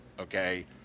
okay